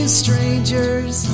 strangers